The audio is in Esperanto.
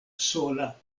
sola